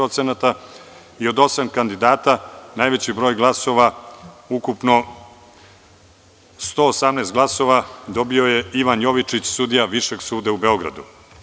Od osam kandidata, najveći broj glasova, ukupno 118 glasova, dobio je Ivan Jovičić, sudija Višeg suda u Beogradu.